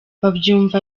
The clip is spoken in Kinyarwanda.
babyumva